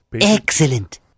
Excellent